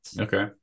Okay